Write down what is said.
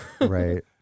right